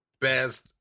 best